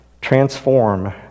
Transform